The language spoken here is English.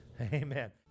Amen